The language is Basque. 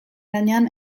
gainean